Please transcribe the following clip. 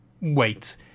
wait